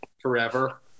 forever